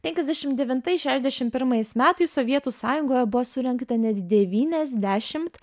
penkiasdešimt devintais šešiasdešimt pirmais metais sovietų sąjungoje buvo surengta net devyniasdešimt